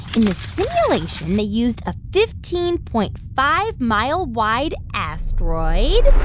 in the simulation, they used a fifteen point five mile wide asteroid.